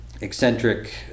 eccentric